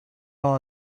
all